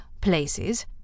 places